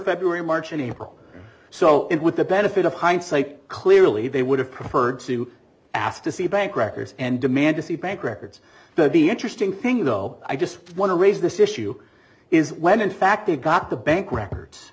february march and april so it would the benefit of hindsight clearly they would have preferred to ask to see bank records and demand to see bank records the the interesting thing though i just want to raise this issue is when in fact they've got the bank records